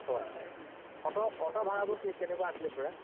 auto আছিল auto auto ভাড়াবোৰ কি কেনেকুৱা আছিলে খুড়া